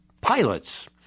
pilots